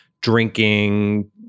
drinking